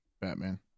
Batman